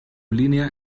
línea